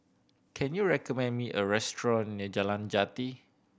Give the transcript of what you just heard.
can you recommend me a restaurant near Jalan Jati